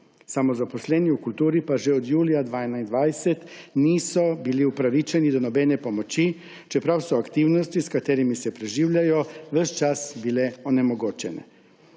Samozaposleni v kulturi pa še od julija 2021 niso bili upravičeni do nobene pomoči, čeprav so aktivnosti, s katerimi se preživljajo, ves čas bile onemogočene.